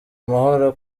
amahoro